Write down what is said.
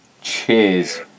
cheers